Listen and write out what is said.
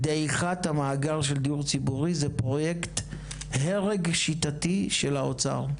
דעיכת המאגר של דיור ציבורי זה פרויקט הרג שיטתי של האוצר,